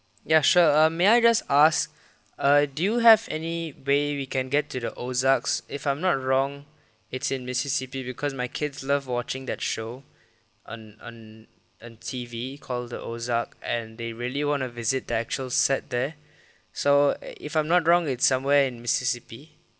ya sure err may I just ask uh do you have any way we can get to the ozarks if I'm not wrong it's in mississippi because my kids love watching that show on on on T_V call the ozark and they really want to visit the actual set there so if I'm not wrong it's somewhere in mississippi